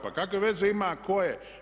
Pa kakve veze ima tko je?